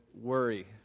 worry